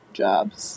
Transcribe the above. jobs